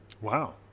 Wow